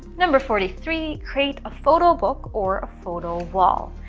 number forty three create a photo book or a photo wall.